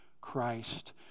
Christ